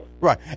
right